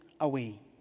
away